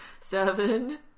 seven